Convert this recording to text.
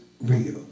real